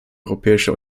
europäische